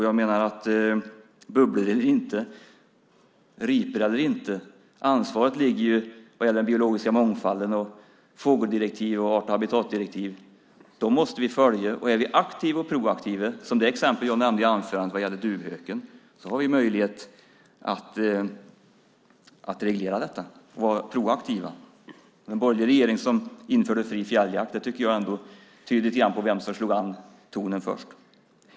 Jag menar att vi - bubblor eller inte, ripor eller inte - måste följa fågeldirektiv och habitatdirektiv när det gäller den biologiska mångfalden. Om vi är aktiva och proaktiva som i exemplet om duvhöken som jag nämnde i mitt anförande, har vi möjlighet att reglera detta. En borgerlig regering som införde fri fjälljakt tycker jag visar vem som slog an tonen först.